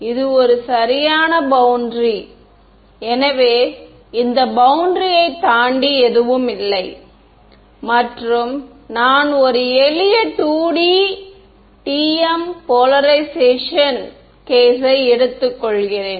இது ஒரு சரியான பௌண்டரி எனவே இந்த பௌண்டரியை தாண்டி எதுவும் இல்லை மற்றும் நான் ஒரு எளிய 2D TM துருவப்படுத்தல் கேஸ் யை எடுத்துக்கொள்கிறேன்